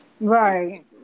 Right